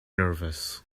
nervous